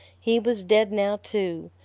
he was dead now, too,